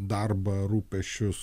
darbą rūpesčius